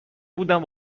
بودم